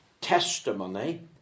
testimony